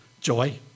joy